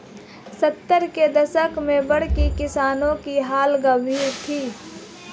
सत्तर के दशक में बाढ़ से किसानों की हालत गंभीर थी